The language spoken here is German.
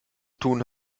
tun